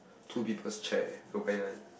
two people's chair